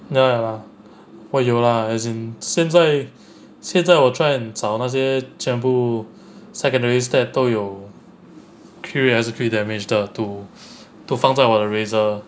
ya ya lah 我有 lah as in 现在现在我在找那些全部 secondary stat 都有 crit rate or crit damage 的 to 放在我的 the razor